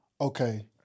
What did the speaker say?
Okay